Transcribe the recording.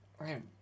right